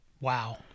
Wow